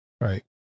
Right